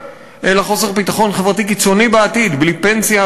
אלא חוסר ביטחון חברתי קיצוני בעתיד: בלי פנסיה,